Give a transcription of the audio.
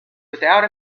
without